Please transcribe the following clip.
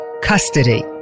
custody